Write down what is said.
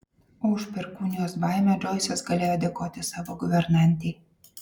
o už perkūnijos baimę džoisas galėjo dėkoti savo guvernantei